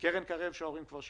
קרן קרב שההורים כבר שילמו,